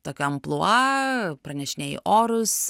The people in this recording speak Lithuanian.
tokio amplua pranešinėji orus